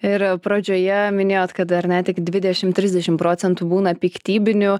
ir pradžioje minėjot kad ar ne tik dvidešim trisdešim procentų būna piktybinių